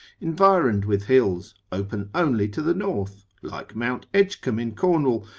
environed with hills, open only to the north, like mount edgecombe in cornwall,